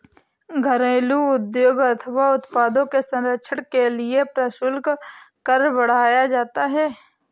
घरेलू उद्योग अथवा उत्पादों के संरक्षण के लिए प्रशुल्क कर बढ़ाया जाता है